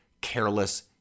careless